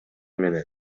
менен